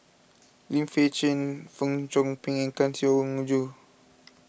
Lim Fei Shen Fong Chong Pik and Kang Siong Joo